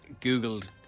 Googled